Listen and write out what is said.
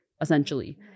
essentially